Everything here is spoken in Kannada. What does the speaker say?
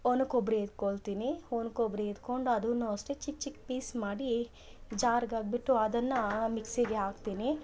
ಒಣ ಕೊಬ್ಬರಿ ಎತ್ಕೊಳ್ತೀನಿ ಒಣ ಕೊಬ್ಬರಿ ಎತ್ಕೊಂಡು ಅದುನು ಅಷ್ಟೇ ಚಿಕ್ಕ ಚಿಕ್ಕ ಪೀಸ್ ಮಾಡಿ ಜಾರ್ಗೆ ಹಾಕಿಬಿಟ್ಟು ಅದನ್ನು ಮಿಕ್ಸಿಗೆ ಹಾಕ್ತಿನಿ